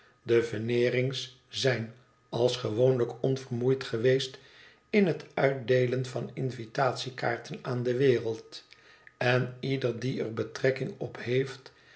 de veneerings zijn als gewoonlijk onvermoeid geweest in het uitdeelen van invitatiekaarten aan de wereld en ieder die er betrekking op heeft